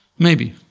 maybe